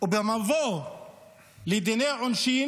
ובמבוא לדיני עונשין